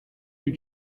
you